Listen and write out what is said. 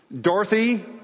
Dorothy